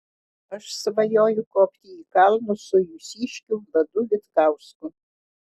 aš svajoju kopti į kalnus su jūsiškiu vladu vitkausku